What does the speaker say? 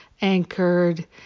anchored